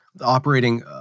operating